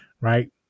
right